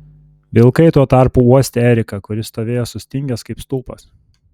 vilkai tuo tarpu uostė eriką kuris stovėjo sustingęs kaip stulpas